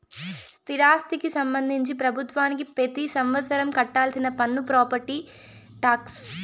స్థిరాస్తికి సంబంధించి ప్రభుత్వానికి పెతి సంవత్సరం కట్టాల్సిన పన్ను ప్రాపర్టీ టాక్స్